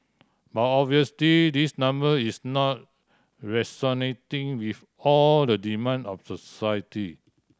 but obviously this number is not resonating with all the demand of society